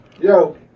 Yo